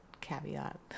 caveat